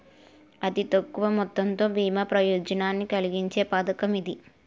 అతి తక్కువ మొత్తంతో బీమా ప్రయోజనాన్ని కలిగించే పథకం ఇది